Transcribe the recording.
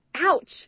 Ouch